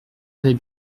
avait